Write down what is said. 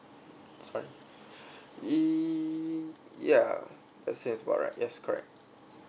sorry yeah that's seem about right yes correct